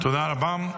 תודה רבה.